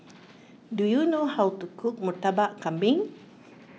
do you know how to cook Murtabak Kambing